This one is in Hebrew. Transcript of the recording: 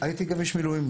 הייתי גם איש מילואים.